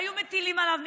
היו מטילים עליו הגבלות.